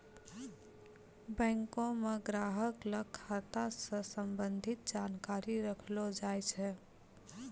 बैंको म ग्राहक ल खाता स संबंधित जानकारी रखलो जाय छै